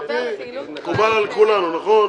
מקובל על כולם, נכון?